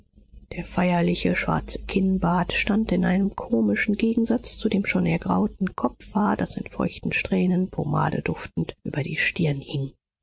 der feierliche schwarze kinnbart stand in einem komischen gegensatz zu dem schon ergrauten kopfhaar das in feuchten strähnen pomadeduftend über die stirn hing